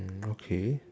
mm okay